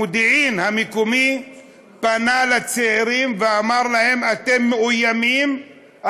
המודיעין המקומי פנה לצעירים ואמר להם: אתם מאוימים,